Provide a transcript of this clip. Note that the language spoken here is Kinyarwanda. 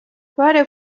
pole